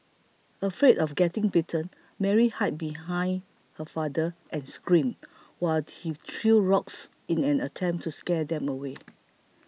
afraid of getting bitten Mary hid behind her father and screamed while he threw rocks in an attempt to scare them away